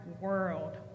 world